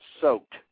soaked